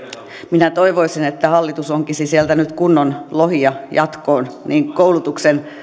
minä toivoisin että hallitus onkisi sieltä nyt kunnon lohia jatkoon niin koulutuksen